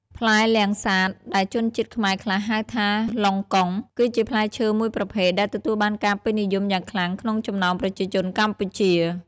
ផ្លែលាំងសាត ដែលជនជាតិខ្មែរខ្លះហៅថា លុងកុង គឺជាផ្លែឈើមួយប្រភេទដែលទទួលបានការពេញនិយមយ៉ាងខ្លាំងក្នុងចំណោមប្រជាជនកម្ពុជា